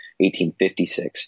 1856